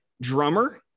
drummer